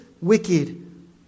wicked